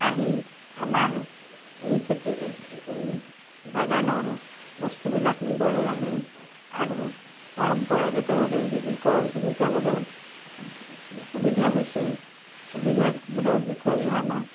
আহি আমাৰ এই খেতি এই এই বাগানৰ বস্তুবিলাক নিবলৈ আহে আৰু পৰম্পৰাগতভাৱে জীৱিক জীৱিকাবোৰৰ সুবিধা হৈছে সুবিধাবোৰৰ বিষয়ে আমাক